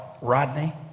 Rodney